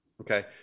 Okay